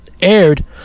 aired